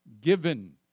given